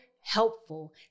helpful